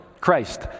Christ